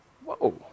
Whoa